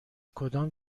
کدام